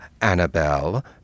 Annabelle